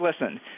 listen